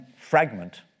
fragment